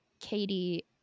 Katie